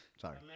Sorry